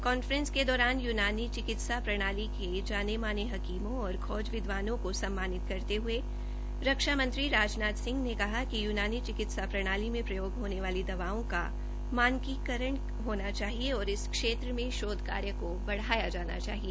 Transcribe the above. conference के दौरान यूनानी चिकित्सा प्रणाली क जाने माने हकीमों और खोज विद्वानों को सम्मानित करते हये रक्षा मंत्री राजनाथ सिंह ने कहा कि यूनानी चिकित्सा प्रणाली में प्रयोग होने वाली दवाओं का मानकीकरण होना चाहिए और इस क्षेत्र मे शोध कार्य को बढ़ाया जाना चाहिए